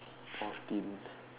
fourteen